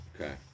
Okay